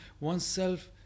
oneself